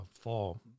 fall